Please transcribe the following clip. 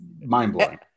mind-blowing